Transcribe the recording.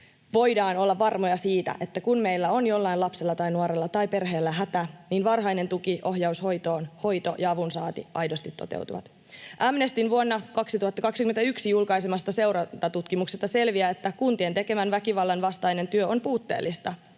voidaan olla varmoja siitä, että kun meillä on jollain lapsella tai nuorella tai perheellä hätä, niin varhainen tuki, ohjaus hoitoon, hoito ja avunsaanti aidosti toteutuvat. Amnestyn vuonna 2021 julkaisemasta seurantatutkimuksesta selviää, että kuntien tekemä väkivallan vastainen työ on puutteellista